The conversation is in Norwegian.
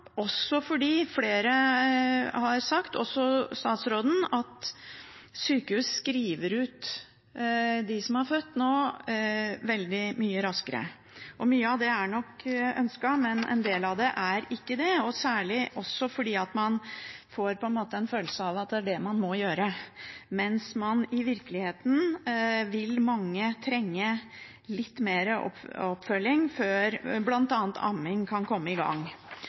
fordi, som flere har sagt, også statsråden, sykehus nå skriver ut dem som har født, veldig mye raskere. Noen ganger er det nok ønsket, men noen ganger er det ikke det – særlig fordi man på en måte får en følelse av at det er det man må, mens i virkeligheten vil mange trenge litt mer oppfølging før bl.a. amming kan komme i gang.